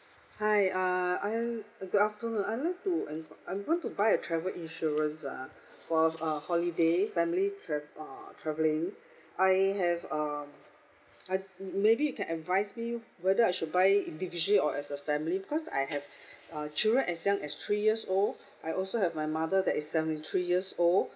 hi uh I good afternoon I like to en~ I want to buy a travel insurance uh for uh holiday family tr~ uh travelling I have um I maybe you can advise me whether I should buy individually or as a family because I have uh children as young as three years old I also have my mother that is seventy three years old